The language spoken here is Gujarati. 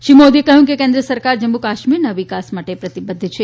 શ્રી મોદીએ કહ્યું કે કેન્દ્ર સરકાર જમ્મુ કાશ્મીરના વિકાસ માટે પ્રતિબદ્ધ છે